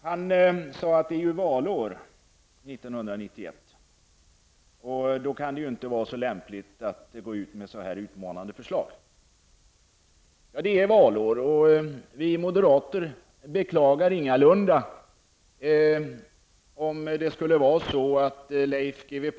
Han sade bl.a.: Det är ju valår 1991, och då kan det inte vara så lämpligt att gå ut med så här utmanande förslag. Ja, det är valår i år. Vi moderater skulle ingalunda beklaga om Leif G W Perssons farhågor besannades.